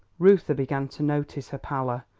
reuther began to notice her pallor,